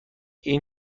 این